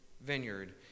vineyard